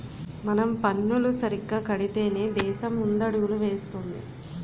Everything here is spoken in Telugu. మనం పన్నులు సరిగ్గా కడితేనే దేశం ముందడుగులు వేస్తుంది